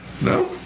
No